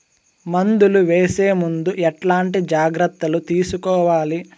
మందులు వేసే ముందు ఎట్లాంటి జాగ్రత్తలు తీసుకోవాలి?